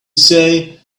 say